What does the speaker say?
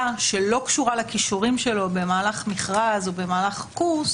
שלא קשורה לכישורים שלו במהלך מכרז או במהלך קורס